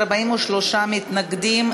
43 מתנגדים,